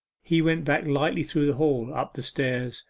he went back lightly through the hall, up the stairs,